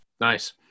Nice